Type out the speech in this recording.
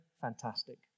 fantastic